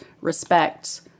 respect